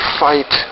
fight